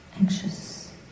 anxious